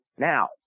Now